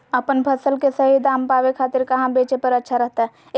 अपन फसल के सही दाम पावे खातिर कहां बेचे पर अच्छा रहतय?